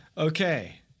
Okay